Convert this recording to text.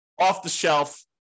off-the-shelf